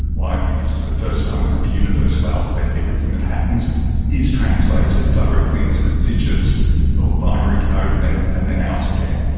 why? because, for the first time, we have a universal alphabet. everything that happens is translated directly into digits or binary code and then and then out again.